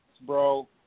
bro